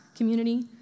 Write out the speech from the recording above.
community